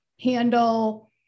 handle